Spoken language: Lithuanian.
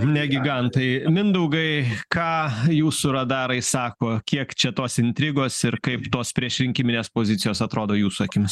ne gigantai mindaugai ką jūsų radarai sako kiek čia tos intrigos ir kaip tos priešrinkiminės pozicijos atrodo jūsų akimis